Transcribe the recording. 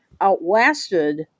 outlasted